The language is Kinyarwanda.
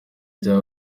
rya